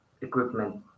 equipment